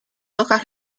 hojas